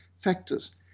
factors